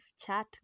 chat